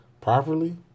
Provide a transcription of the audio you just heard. properly